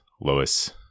Lois